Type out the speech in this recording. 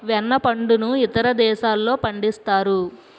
వెన్న పండును ఇతర దేశాల్లో పండిస్తారు